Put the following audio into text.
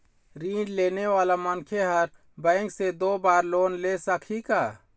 ऋण लेने वाला मनखे हर बैंक से दो बार लोन ले सकही का?